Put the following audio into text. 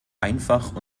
einfach